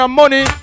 money